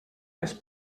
les